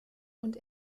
und